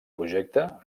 projecte